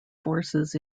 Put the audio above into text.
forces